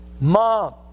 mom